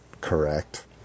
correct